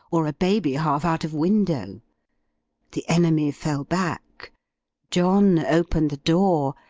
or a baby half out of window the enemy fell back john opened the door,